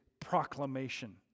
proclamation